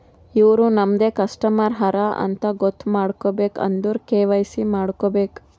ಇವ್ರು ನಮ್ದೆ ಕಸ್ಟಮರ್ ಹರಾ ಅಂತ್ ಗೊತ್ತ ಮಾಡ್ಕೋಬೇಕ್ ಅಂದುರ್ ಕೆ.ವೈ.ಸಿ ಮಾಡ್ಕೋಬೇಕ್